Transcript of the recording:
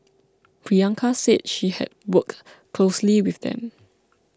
Priyanka said she had worked closely with them